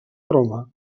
roma